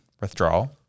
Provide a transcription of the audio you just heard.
withdrawal